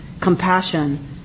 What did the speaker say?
compassion